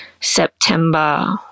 September